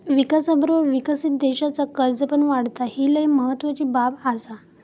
विकासाबरोबर विकसित देशाचा कर्ज पण वाढता, ही लय महत्वाची बाब आसा